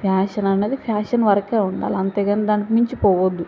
fashion అన్నది fashion వరకే ఉండాలి అంతేగాని దానికి మించి పోవద్దు